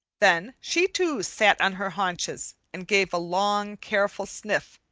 then she too sat on her haunches and gave a long, careful sniff,